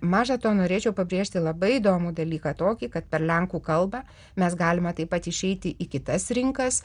maža to norėčiau pabrėžti labai įdomų dalyką tokį kad per lenkų kalbą mes galime taip pat išeiti į kitas rinkas